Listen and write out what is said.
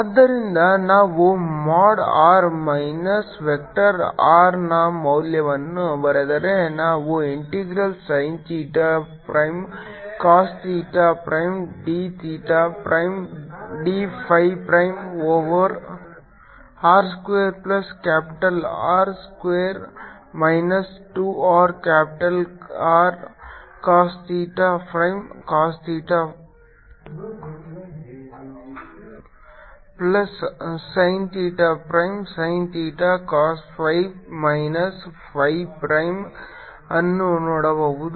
ಆದ್ದರಿಂದ ನಾವು mod r minus vector R ನ ಮೌಲ್ಯವನ್ನು ಬರೆದರೆ ನಾವು integral sin theta prime cos theta prime d theta prime d phi prime over r square plus capital R square minus 2 r capital R cos theta prime cos theta plus sin theta prime sin theta cos phi ಮೈನಸ್ pi prime ಅನ್ನು ನೋಡಬಹುದು